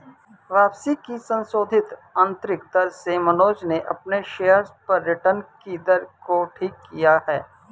वापसी की संशोधित आंतरिक दर से मनोज ने अपने शेयर्स पर रिटर्न कि दर को ठीक किया है